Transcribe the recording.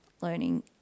learning